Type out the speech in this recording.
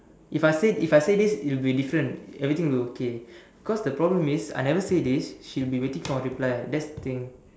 if I say if I say this it'll be different everything will okay because the problem is if I never say this she will be waiting for my reply that's the thing